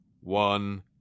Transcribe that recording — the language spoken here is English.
one